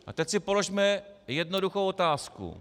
A teď si položme jednoduchou otázku.